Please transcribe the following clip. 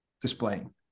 displaying